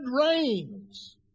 rains